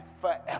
forever